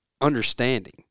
understanding